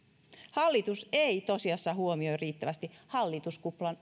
hallitus ei tosiasiassa huomioi riittävästi hallituskuplan